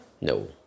No